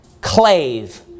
clave